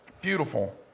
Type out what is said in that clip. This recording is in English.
beautiful